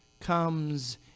comes